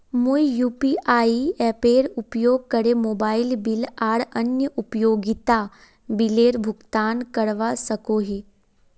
मुई यू.पी.आई एपेर उपयोग करे मोबाइल बिल आर अन्य उपयोगिता बिलेर भुगतान करवा सको ही